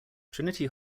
trinity